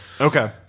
Okay